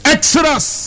Exodus